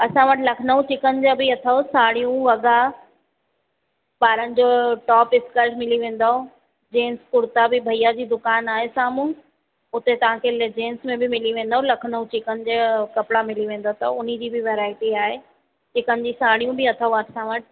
असां वटि लखनऊ चिकन जा बि अथव साड़ियूं वॻा ॿारनि जो टॉप स्कर्ट मिली वेंदव जेंट्स कुर्ता बि भैया जी दुकानु आहे साम्हूं हुते तव्हां खे जेंट्स में बि मिली वेंदव लखनऊ चिकन जे कपिड़ा मिली वेंदव त उन्ही जी बि वैरायटी आहे चिकन जी साड़ियूं बि अथव असां वटि